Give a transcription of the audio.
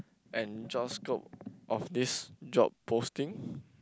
and job scope of this job posting